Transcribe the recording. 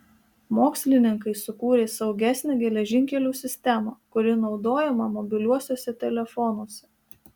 mokslininkai sukūrė saugesnę geležinkelių sistemą kuri naudojama mobiliuosiuose telefonuose